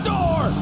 Door